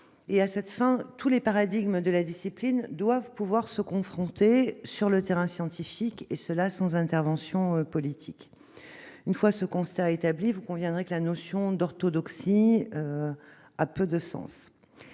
À cette fin, tous les paradigmes de la discipline doivent pouvoir se confronter sur le terrain scientifique, et cela sans intervention politique. Une fois ce constat établi, vous conviendrez que la notion d'orthodoxie a peu de sens.